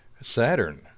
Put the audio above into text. Saturn